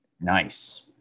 Nice